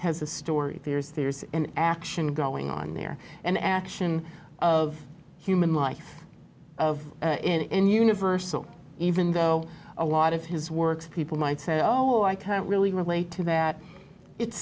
has a story there is there is an action going on there and action of human life of in universal even though a lot of his works people might say oh i can't really relate to that it's